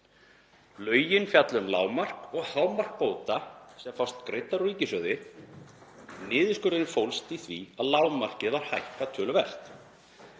Lögin fjalla um lágmark og hámark bóta sem fást greiddar úr ríkissjóði. Niðurskurðurinn fólst í því að lágmarkið var hækkað töluvert